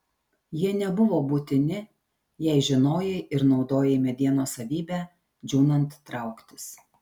jie nebuvo būtini jei žinojai ir naudojai medienos savybę džiūnant trauktis